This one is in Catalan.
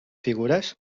figures